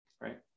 right